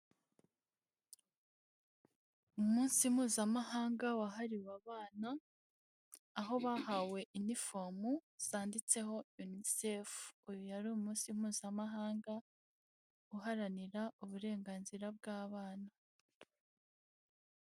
Umunsi mpuzamahanga wahariwe abana, aho bahawe inniformu zanditseho UNICEF, uyu yari umunsi mpuzamahanga uharanira uburenganzira bw'abana.